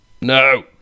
No